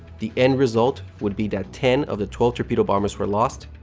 the end result would be that ten of the twelve torpedo-bombers were lost,